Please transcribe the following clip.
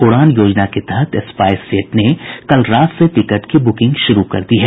उड़ान योजना के तहत स्पाईस जेट ने कल रात से टिकट की बुकिंग शुरू कर दी है